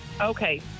Okay